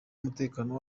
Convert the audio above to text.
umutekano